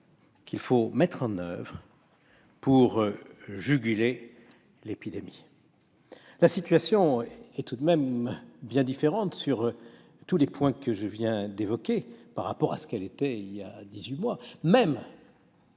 qu'il faut mettre en oeuvre pour juguler l'épidémie. La situation est tout de même bien différente, sur tous les points que je viens d'évoquer, par rapport à ce qu'elle était il y a dix-huit mois. Même